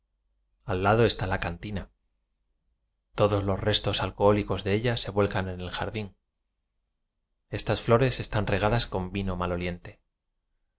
al lado está la canfina todos los restos alcohólicos de ella se vuelcan en el jardín estas flores están regadas con vino mal